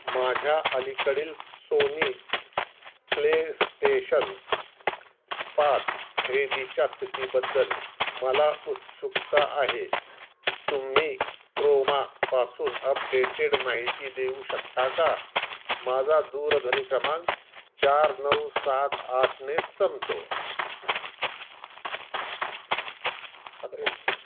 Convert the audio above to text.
माझ्या अलीकडील Sony PlayStation पाच खरेदीच्या स्थितीबद्दल मला उत्सुकता आहे तुम्ही क्रोमापासून अपडेटेड माहिती देऊ शकता का माझा दूरध्वनी क्रमांक चार नऊ सात आठने संपतो आता एत